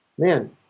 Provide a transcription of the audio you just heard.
Man